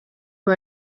who